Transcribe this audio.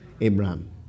Abraham